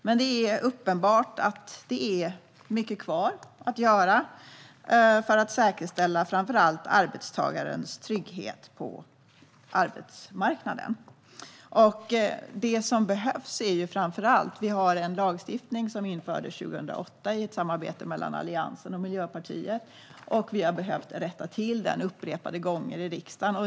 Men det är uppenbart att det finns mycket kvar att göra för att säkerställa framför allt arbetstagarens trygghet på arbetsmarknaden. Vi har en lagstiftning som infördes 2008 i samarbete mellan Alliansen och Miljöpartiet, och vi har behövt rätta till den upprepade gånger i riksdagen.